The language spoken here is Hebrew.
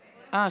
אה,